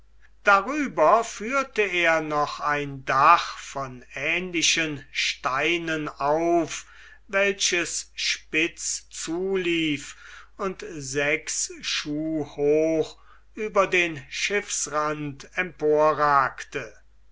darüber führte er noch ein dach von ähnlichen steinen auf welches spitz zulief und sechs schuh hoch über den